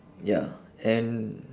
ya and